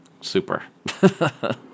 super